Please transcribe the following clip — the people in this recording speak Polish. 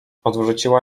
odwróciła